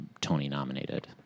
Tony-nominated